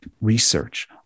research